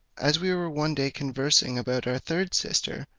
as we were one day conversing about our third sister,